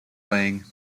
laying